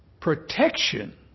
protection